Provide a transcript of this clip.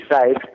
safe